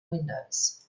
windows